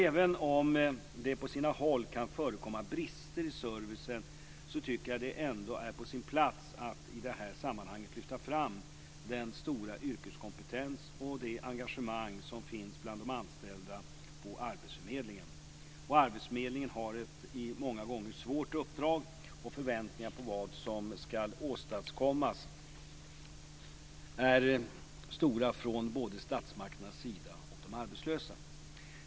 Även om det på sina håll kan förekomma brister i servicen tycker jag ändå att det är på sin plats att i det här sammanhanget lyfta fram den stora yrkeskompetens och det engagemang som finns bland de anställda på arbetsförmedlingen. Arbetsförmedlingen har ett många gånger svårt uppdrag, och förväntningarna på vad som ska åstadkommas är stora från både statsmakternas sida och de arbetslösa.